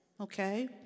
okay